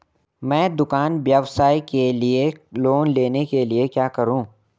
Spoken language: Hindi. मैं दुकान व्यवसाय के लिए लोंन लेने के लिए क्या करूं?